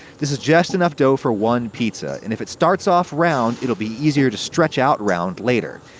this is just enough dough for one pizza. and if it starts off round, it'll be easier to stretch out round later.